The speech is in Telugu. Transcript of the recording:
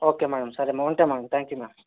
ఓకే మ్యాడమ్ సరే మ్యాడమ్ ఉంటా మ్యాడమ్ త్యాంక్ యు మ్యాడమ్